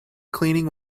cleaning